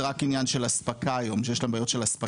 זה רק עניין של הספקה היום ,יש בעיות של אספקה.